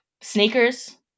Sneakers